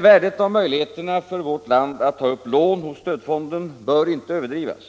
Värdet av möjligheterna för vårt land att ta upp lån hos stödfonden bör emellertid inte överdrivas